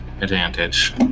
advantage